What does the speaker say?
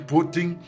Putin